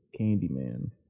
Candyman